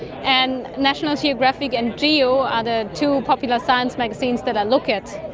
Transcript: and national geographic and geo are the two popular science magazines that i look at.